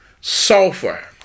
Sulfur